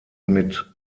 mit